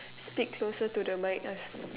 stick closer to the mic